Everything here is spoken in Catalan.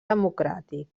democràtic